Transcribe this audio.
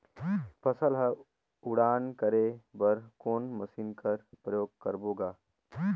फसल ल उड़ान करे बर कोन मशीन कर प्रयोग करबो ग?